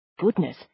Goodness